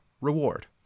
reward